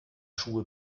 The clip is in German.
schuhe